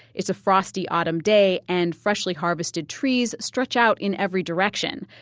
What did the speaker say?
it's a frosty autumn day and freshly harvested trees stretch out in every direction.